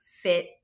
fit